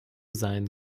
sein